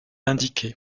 indiqué